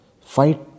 fight